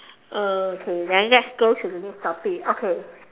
uh okay then let's go to the next topic okay